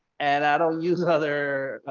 and i don't use other